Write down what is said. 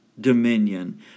dominion